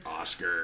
Oscar